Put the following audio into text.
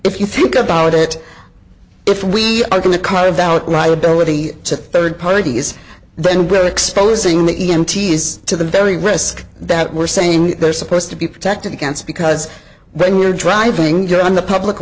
if you think about it if we are going to carve out right ability to third parties then we're exposing the e m t is to the very risk that we're saying they're supposed to be protected against because when we're driving on the public